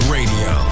Radio